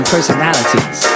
personalities